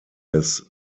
des